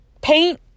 paint